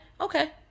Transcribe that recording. Okay